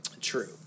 True